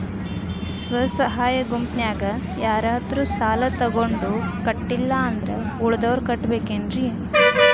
ಸ್ವ ಸಹಾಯ ಗುಂಪಿನ್ಯಾಗ ಯಾರಾದ್ರೂ ಸಾಲ ತಗೊಂಡು ಕಟ್ಟಿಲ್ಲ ಅಂದ್ರ ಉಳದೋರ್ ಕಟ್ಟಬೇಕೇನ್ರಿ?